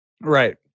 Right